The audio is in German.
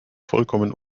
vollkommen